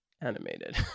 animated